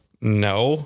No